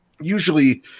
usually